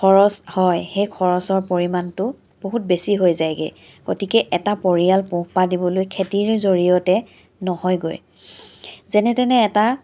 খৰচ হয় সেই খৰচৰ পৰিমাণটো বহুত বেছি হৈ যায়গৈ গতিকে এটা পৰিয়াল পোহ পাল দিবলৈ খেতিৰ জৰিয়তে নহয়গৈ যেনে তেনে এটা